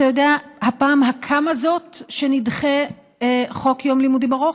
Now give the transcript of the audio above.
אתה יודע בפעם הכמה נדחה חוק יום לימודים ארוך?